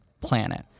planet